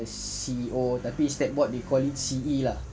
C_E_O tapi stat board they call it C_E lah